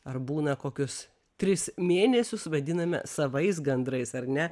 ar būna kokius tris mėnesius vadiname savais gandrais ar ne